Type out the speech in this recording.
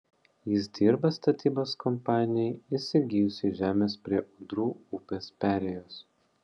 jis dirba statybos kompanijai įsigijusiai žemės prie ūdrų upės perėjos